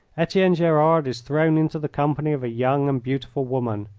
etienne gerard is thrown into the company of a young and beautiful woman.